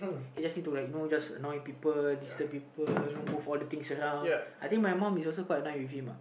he just need to like you know just annoy people disturb people move all the things around I think my mom is also quite annoyed with him uh